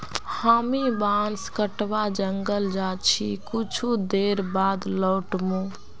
हामी बांस कटवा जंगल जा छि कुछू देर बाद लौट मु